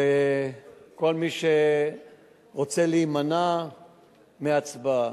וכל מי שרוצה להימנע מהצבעה.